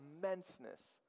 immenseness